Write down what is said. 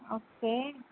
okay